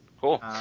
cool